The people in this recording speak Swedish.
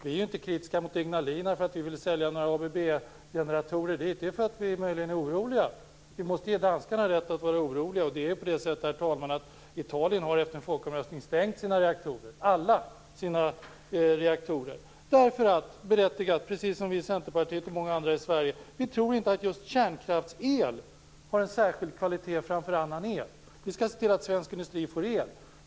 Vi är inte kritiska mot Ignalina därför att vi vill sälja några ABB-generatorer dit. Det är för att vi är oroliga. Vi måste också ge danskarna rätt att vara oroliga. Herr talman! Italien har efter en folkomröstning stängt alla sina reaktorer därför att man där, precis som vi i Centerpartiet och många andra i Sverige, inte tror att just kärnkraftsel har en särskild kvalitet framför annan el. Vi skall se till att svensk industri får el.